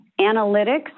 analytics